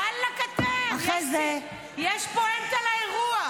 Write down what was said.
ואלכ, אתם, יש פואנטה לאירוע.